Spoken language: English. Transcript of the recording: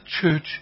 church